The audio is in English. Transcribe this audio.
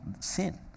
sin